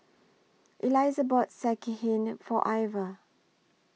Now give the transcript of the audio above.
Eliza bought Sekihan For Ivah